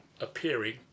appearing